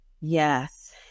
Yes